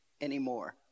anymore